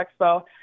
Expo